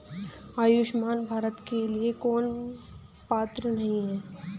आयुष्मान भारत के लिए कौन पात्र नहीं है?